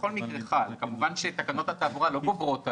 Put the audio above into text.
בכל מקרה חל תקנות התעבורה כמובן לא גוברות עליו,